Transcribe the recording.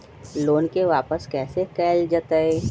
Loan के वापस कैसे कैल जतय?